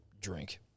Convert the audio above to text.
drink